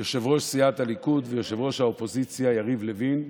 מיושב-ראש סיעת הליכוד ויושב-ראש האופוזיציה יריב לוין,